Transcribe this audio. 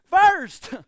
first